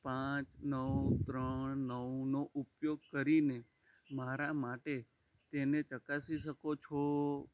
પાંચ નવ ત્રણ નવનો ઉપયોગ કરીને મારા માટે તેને ચકાસી શકો છો